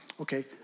Okay